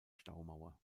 staumauer